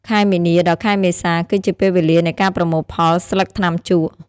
ខែមីនា ដល់ ខែមេសា គឺជាពេលវេលានៃការប្រមូលផលស្លឹកថ្នាំជក់។